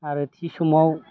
आरो थि समाव